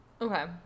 Okay